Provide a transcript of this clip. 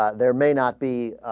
ah there may not be